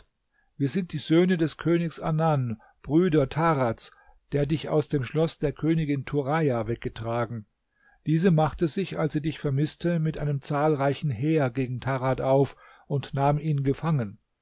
wir sind die söhne des königs anan brüder tarads der dich aus dem schloß der königin turaja weggetragen diese machte sich als sie dich vermißte mit einem zahlreichen heer gegen tarad auf und nahm ihn gefangen